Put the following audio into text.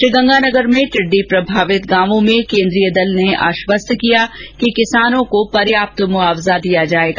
श्रीगंगानगर में टिड्डी प्रभावित गांवों में केन्द्रीय दल ने आश्वस्त किया कि किसानों को पर्याप्त मुआवजा दिया जाएगा